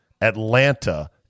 Atlanta